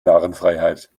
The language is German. narrenfreiheit